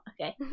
Okay